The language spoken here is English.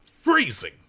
freezing